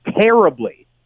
terribly